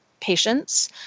patients